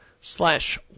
slash